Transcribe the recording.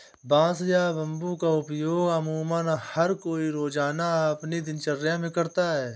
बांस या बम्बू का उपयोग अमुमन हर कोई रोज़ाना अपनी दिनचर्या मे करता है